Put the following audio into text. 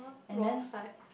wrong side